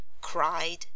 cried